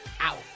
out